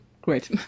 Great